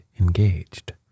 Engaged